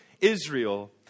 Israel